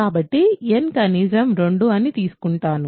కాబట్టి nని కనీసం 2 అని తీసుకుంటాము